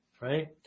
right